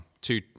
two